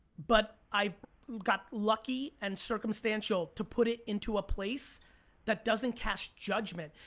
but i got lucky and circumstantial to put it into a place that doesn't cast judgment.